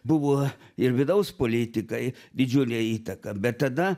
buvo ir vidaus politikai didžiulė įtaką bet tada